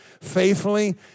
faithfully